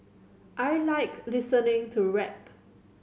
I like listening to rap